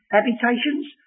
habitations